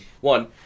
One